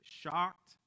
shocked